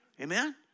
Amen